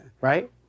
right